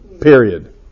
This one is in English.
period